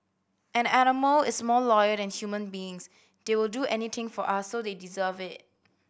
an animal is more loyal than human beings they will do anything for us so they deserve it